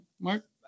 Mark